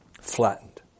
Flattened